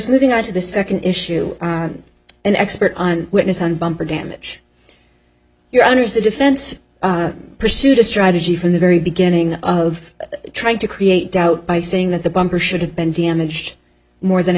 moving on to the second issue an expert on witness on bumper damage your honour's the defense pursued a strategy from the very beginning of trying to create doubt by saying that the bunker should have been damaged more than it